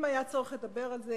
אם היה צורך לדבר על זה,